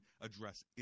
address